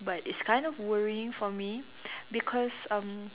but it's kind of worrying for me because um